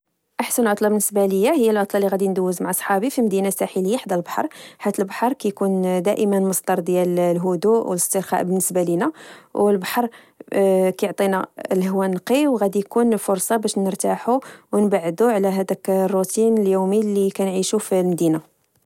أحسن عطلة بالنسبة لي هي العطلة اللي غادي ندوز مع صحابي في مدينة ساحلية، حيث البحر كيكون دايماً مصدر ديال الهدوء و للاسترخاء بالنسبة لنا. والبحر كعطينا الهواء النقي و غادي يكون فرصة باش نرتاحوا ونبعدو على هداك روتين اليومي لكنعيشو في المدينة